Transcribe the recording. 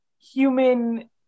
human